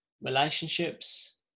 relationships